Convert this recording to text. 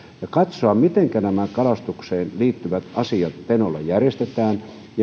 ja katsoa mitenkä nämä kalastukseen liittyvät asiat tenolla järjestetään